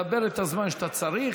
דבר את הזמן שאתה צריך.